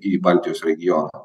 į baltijos regioną